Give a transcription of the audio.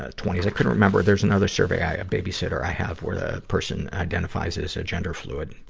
ah twenty s. i couldn't remember there's another survey, i, babysitter, i have where the person identifies as a gender-fluid.